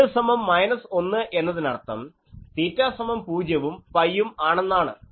Z സമം minus 1 എന്നതിനർത്ഥം തീറ്റ സമം പൂജ്യവും പൈയും ആണെന്നാണ്